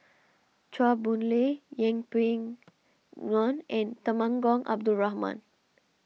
Chua Boon Lay Yeng Pway Ngon and Temenggong Abdul Rahman